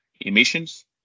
emissions